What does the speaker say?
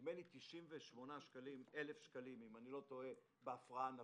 ונדמה לי 98,000 שקלים בהפרעה נפשית.